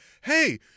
Hey